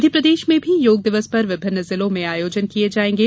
मध्यप्रदेश में भी योग दिवस पर विभिन्न जिलों में आयोजन किये जाएंगे